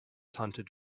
hunted